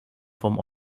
vom